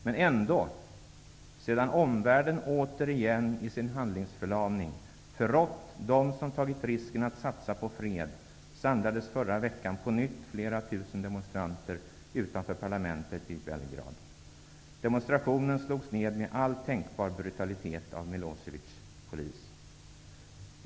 Men ändå, sedan omvärlden återigen i sin handlingsförlamning förrått dem som tagit risken att satsa på fred, samlades förra veckan på nytt flera tusen demonstranter utanför parlamentet i Belgrad. Demonstrationen slogs ned med all tänkbar brutalitet av Milosevics polis.